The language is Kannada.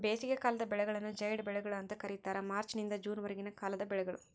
ಬೇಸಿಗೆಕಾಲದ ಬೆಳೆಗಳನ್ನು ಜೈಡ್ ಬೆಳೆಗಳು ಅಂತ ಕರೀತಾರ ಮಾರ್ಚ್ ನಿಂದ ಜೂನ್ ವರೆಗಿನ ಕಾಲದ ಬೆಳೆಗಳು